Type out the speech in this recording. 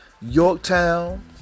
Yorktown